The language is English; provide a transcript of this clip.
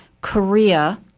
Korea